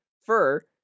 fur